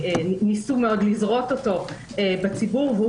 יש לנו במרכז לנפגעי גזענות בתוך המרכז הרפורמי